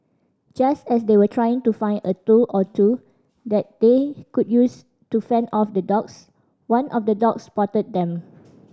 just as they were trying to find a tool or two that they could use to fend off the dogs one of the dogs spotted them